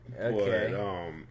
Okay